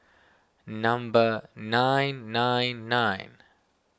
number nine nine nine